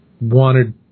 wanted